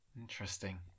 Interesting